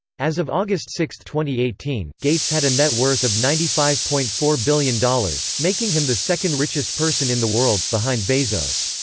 as of august six, two eighteen, gates had a net worth of ninety five point four billion dollars, making him the second-richest person in the world, behind bezos.